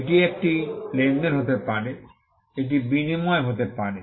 এটি একটি লেনদেন হতে পারে এটি বিনিময় হতে পারে